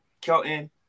Kelton